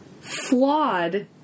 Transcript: flawed